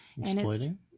Exploiting